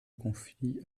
confie